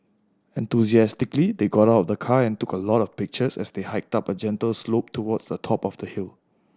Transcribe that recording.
enthusiastically they got out of the car and took a lot of pictures as they hiked up a gentle slope towards the top of the hill